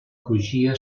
crugia